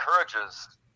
encourages